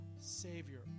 Savior